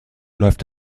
läuft